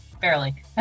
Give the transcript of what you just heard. barely